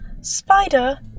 spider